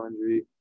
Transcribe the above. injury